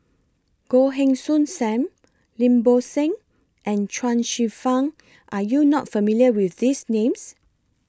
Goh Heng Soon SAM Lim Bo Seng and Chuang Hsueh Fang Are YOU not familiar with These Names